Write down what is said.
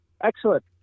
Excellent